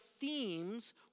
themes